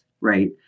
right